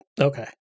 Okay